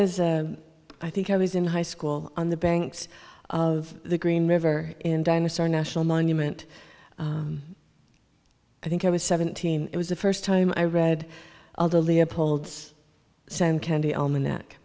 as i think i was in high school on the banks of the green river in dinosaur national monument i think i was seventeen it was the first time i read all the leopold's same candy almanac